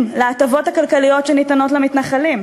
להטבות הכלכליות שניתנות למתנחלים.